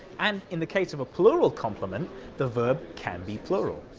and in the case of a plural complement the verb can be plural.